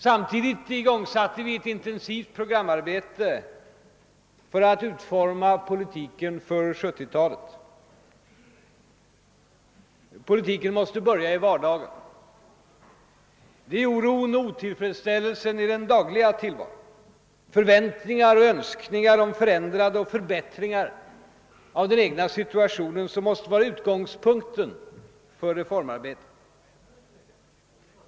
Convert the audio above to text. Samtidigt igångsatte vi ett intensivt programarbete för att utforma politiken för 1970-talet. Politiken måste börja i vardagen. Det är oron och otillfredsställelsen i den dagliga = tillvaron, förväntningar och önskningar om förändringar och förbättringar i den egna situationen som måste vara utgångspunkten för reform arbetet.